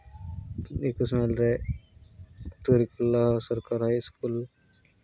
ᱨᱮ ᱥᱚᱨᱠᱟᱨ ᱦᱟᱭ ᱥᱠᱩᱞ